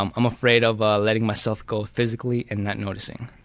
i'm um afraid of ah letting myself go physically and not noticing.